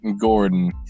Gordon